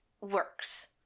works